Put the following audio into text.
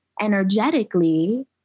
energetically